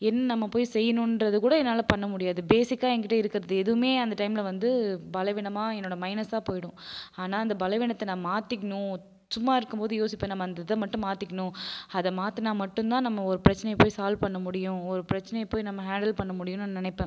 என் நம்ம போய் செய்யணுன்றது கூட என்னால் பண்ண முடியாது பேசிக்காக என்கிட்ட இருக்கிறது எதுவுமே அந்த டைம்மில் வந்து பலவீனமாக என்னோட மைனஸாக போய்விடும் ஆனால் அந்த பலவீனத்தை நான் மாற்றிக்கிணும் சும்மா இருக்கும்போது யோசிப்பேன் நம்ம அந்த இதை மட்டும் மாற்றிக்கிணும் அதை மாற்றுனா மட்டும்தான் நம்ம ஒரு பிரச்சனையை போய் சால்வ் பண்ண முடியும் ஒரு பிரச்சனையை போய் நம்ம ஹேண்டில் பண்ண முடியுன்னு நான் நினைப்பேன்